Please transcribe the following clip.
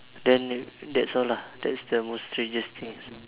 then that's all lah that's the most strangest things